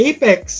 Apex